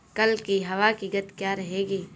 कल की हवा की गति क्या रहेगी?